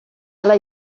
hala